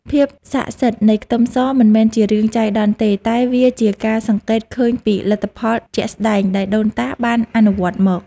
ភាពស័ក្តិសិទ្ធិនៃខ្ទឹមសមិនមែនជារឿងចៃដន្យទេតែវាជាការសង្កេតឃើញពីលទ្ធផលជាក់ស្តែងដែលដូនតាបានអនុវត្តមក។